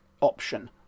option